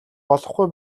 болохгүй